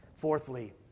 Fourthly